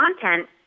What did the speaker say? content